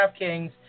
DraftKings